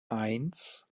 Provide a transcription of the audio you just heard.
eins